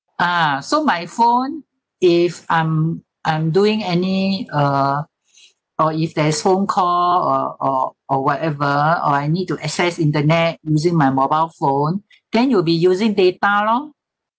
ah so my phone if I'm I'm doing any uh or if there's phone call or or or whatever or I need to access internet using my mobile phone then you'll be using data lor